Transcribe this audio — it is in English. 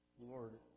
Lord